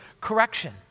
correction